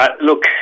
look